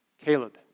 Caleb